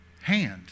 hand